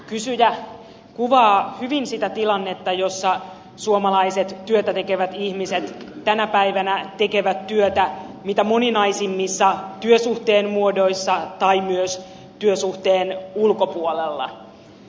kysyjä kuvaa hyvin sitä tilannetta jossa suomalaiset työtätekevät ihmiset tänä päivänä tekevät työtä mitä moninaisimmissa työsuhteen muodoissa tai myös työsuhteen ulkopuolella